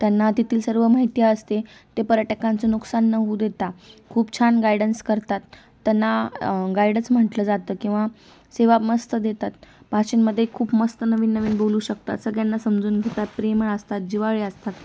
त्यांना तेथील सर्व माहिती असते ते पर्यटकांचं नुकसान न होऊ देता खूप छान गायडन्स करतात त्यांना गायडच म्हंटलं जातं किंवा सेवा मस्त देतात पाचहीमध्ये खूप मस्त नवीन नवीन बोलू शकतात सगळ्यांना समजून घेतात प्रेमळ असतात जिवाळी असतात